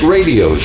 Radio